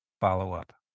follow-up